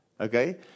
Okay